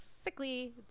sickly